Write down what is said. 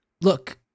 Look